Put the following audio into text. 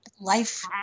life